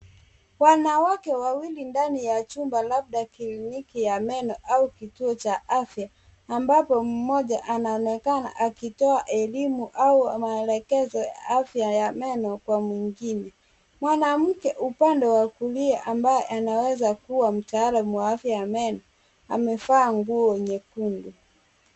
Wanawake wawili ndani ya chumba labda kliniki ya meno au kituo cha afya ambapo mmoja anaonekana akitoa elimu au maelekezo ya afya ya meno kwa mwingine. Mwanamke upande wa kulia ambaye anaweza kuwa mtaalamu wa afya ya meno amevaa nguo nyekundu.